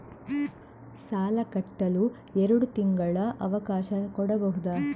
ಸಾಲ ಕಟ್ಟಲು ಎರಡು ತಿಂಗಳ ಅವಕಾಶ ಕೊಡಬಹುದಾ?